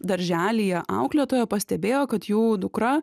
darželyje auklėtoja pastebėjo kad jų dukra